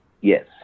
Yes